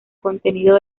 contenido